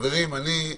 אני,